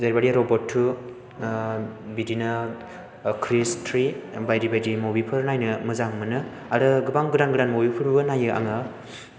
जेरै Robot two बिदिनो Krrish three बायदि बायदि मुभि फोर नायनो मोजां मोनो आरो गोबां गोदान गोदान मुभि फोरबो नायो आङो